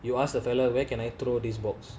you ask the fella where can I throw this box